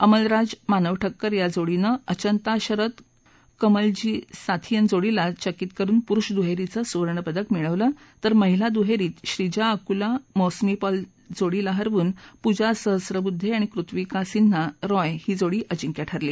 अमलराज मानव ठक्कर या जोडीनं अचंता शरथ कमल जी साथियन या जोडीला चकित करून पुरुष दुहेरीचं सुवर्णपदक मिळवलं तर महिला दुहेरीत श्रीजा अकुला मौसमी पॉल जोडीला हरवून पूजा सहस्रबुद्धे कृत्विका सिन्हा रॉय ही जोडी अजिंक्य ठरली